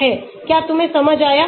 क्या तुम्हे समझ आया